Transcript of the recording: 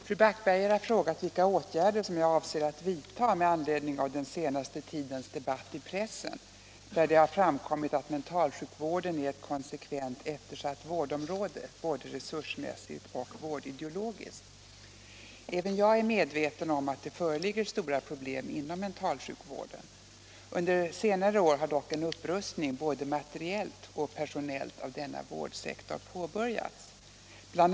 327, och anförde: Herr talman! Fru Backberger har frågat vilka åtgärder som jag avser att vidta med anledning av den senaste tidens debatt i pressen där det har framkommit att mentalsjukvården är ett konsekvent eftersatt vårdområde både resursmässigt och vårdideologiskt. Även jag är medveten om att det föreligger stora problem inom mentalsjukvården. Under senare år har dock en upprustning både materiellt och personellt av denna vårdsektor påbörjats. Bl.